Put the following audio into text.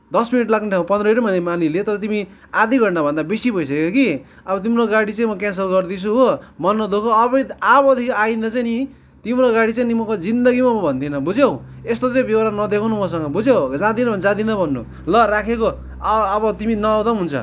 दस मिनट लाग्ने ठाउँमा पन्ध्र मिनटै मानिलिएँ तर तिमी आधी घन्टाभन्दा बेसी भइसक्यो कि अब तिम्रो गाडी चाहिँ म क्यान्सल गर्दैछु हो मन नदुखाऊ अब अबदेखि आइन्दा चाहिँ नि तिम्रो गाडी चाहिँ नि म जिन्दगीमा म भन्दिनँ बुझ्यौ यस्तो चाहिँ ब्योहोरा नदेखाउनु मसँग बुझ्यौ जाँदैनौँ भने जाँदिनँ भन्नु ल राखेको अ अब तिमी नआउँदा पनि हुन्छ